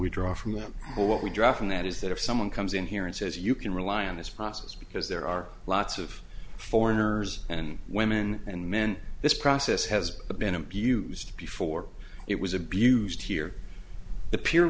we draw from what we draw from that is that if someone comes in here and says you can rely on this process because there are lots of foreigners and women and men this process has been abused before it was abused here the p